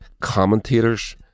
commentators